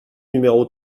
numéro